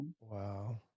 wow